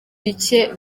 bike